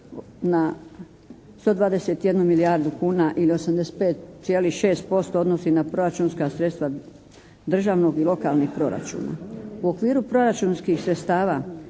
na 121 milijardu kuna ili 85,6% odnosi na proračunska sredstva državnog i lokalnih proračuna. U okviru proračunskih sredstava